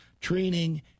training